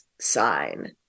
sign